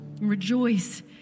Rejoice